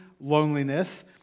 loneliness